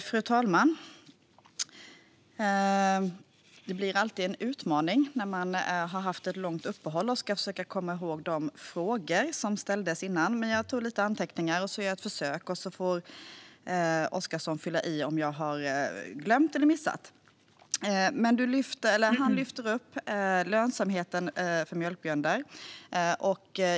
Fru talman! Det blir alltid en utmaning när man har haft ett långt uppehåll och ska försöka komma ihåg de frågor som ställdes före uppehållet. Men jag gjorde lite anteckningar, så jag gör ett försök. Sedan får Oscarsson fylla i om jag har glömt eller missat något. Ledamoten lyfte upp lönsamheten för mjölkbönder.